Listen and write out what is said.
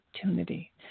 opportunity